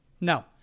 No